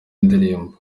indirimbo